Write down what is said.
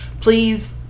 please